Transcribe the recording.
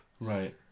Right